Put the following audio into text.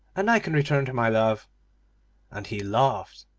and i can return to my love and he laughed,